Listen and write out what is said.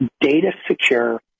data-secure